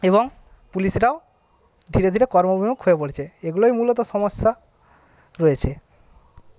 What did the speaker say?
এবং পুলিশরাও ধীরে ধীরে কর্মবিমুখ হয়ে পড়েছে এগুলোই মূলত সমস্যা রয়েছে